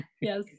Yes